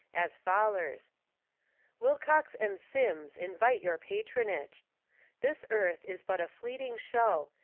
as follers wilcox and simms invite your patronage this earth is but a fleeting show,